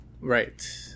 Right